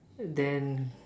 then